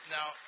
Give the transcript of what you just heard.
Now